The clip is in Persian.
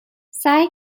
سعی